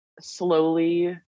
slowly